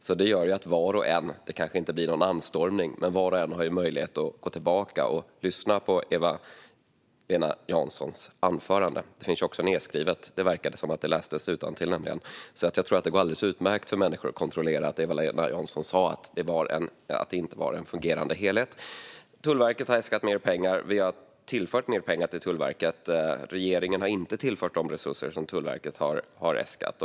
Det gör att var och en har möjlighet - även om det kanske inte blir någon anstormning - att gå tillbaka och lyssna på Eva-Lena Janssons anförande. Det finns ju också nedskrivet; det verkade nämligen som att det lästes innantill. Jag tror därför att det går utmärkt för människor att kontrollera att Eva-Lena Jansson sa att det inte var en fungerande helhet. Tullverket har äskat mer pengar. Vi har tillfört mer pengar till Tullverket. Regeringen har inte tillfört de resurser som Tullverket har äskat.